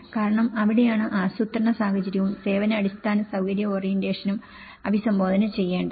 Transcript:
കാരണം അവിടെയാണ് ആസൂത്രണ സാഹചര്യവും സേവന അടിസ്ഥാന സൌകര്യ ഓറിയന്റേഷനും അഭിസംബോധന ചെയ്യേണ്ടത്